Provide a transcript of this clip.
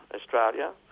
Australia